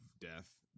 death